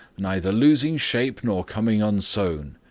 neither losing shape nor coming unsown.